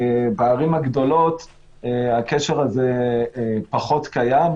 בערים הגדולות הקשר הזה פחות קיים,